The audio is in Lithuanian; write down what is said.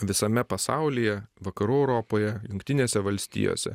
visame pasaulyje vakarų europoje jungtinėse valstijose